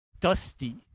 dusty